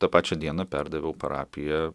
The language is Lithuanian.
tą pačią dieną perdaviau parapiją